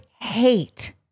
hate